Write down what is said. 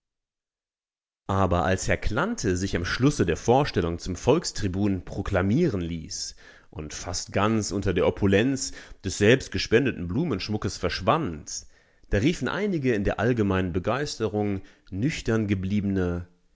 aber als herr klante sich am schlusse der vorstellung zum volkstribun proklamieren ließ und fast ganz unter der opulenz des selbstgespendeten blumenschmucks verschwand da riefen einige in der allgemeinen begeisterung nüchtern gebliebene